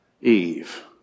Eve